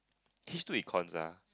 H two Econs ah